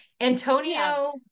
Antonio